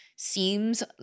seems